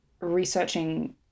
researching